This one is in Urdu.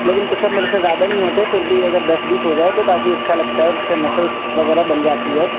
لیکن پشپ میرے سے زیادہ نہیں ہوتے پھر بھی اگر دس بیس ہو جائے تو کافی اچھا لگتا ہے اور اس سے مسلس وغیرہ بن جاتی ہے